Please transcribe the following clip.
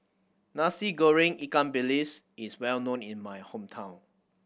Nasi Goreng ikan bilis is well known in my hometown